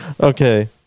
okay